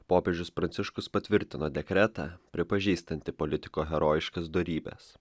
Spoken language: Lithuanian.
popiežius pranciškus patvirtino dekretą pripažįstantį politiko herojiškas dorybes